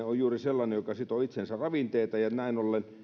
on juuri sellainen joka sitoo itseensä ravinteita ja näin ollen